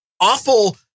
awful